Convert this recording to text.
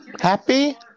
Happy